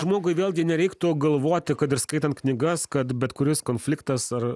žmogui vėlgi nereiktų galvoti kad ir skaitant knygas kad bet kuris konfliktas ar